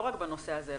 לא רק בנושא הזה,